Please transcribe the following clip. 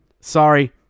Sorry